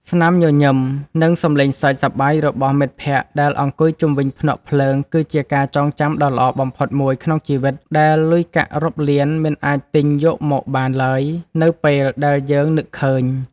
ស្នាមញញឹម និង សំឡេងសើចសប្បាយរបស់មិត្តភក្តិដែលអង្គុយជុំវិញភ្នក់ភ្លើងគឺជាការចងចាំដ៏ល្អបំផុតមួយក្នុងជីវិតដែលលុយកាក់រាប់លានមិនអាចទិញយកមកបានឡើយនៅពេលដែលយើងនឹកឃើញ។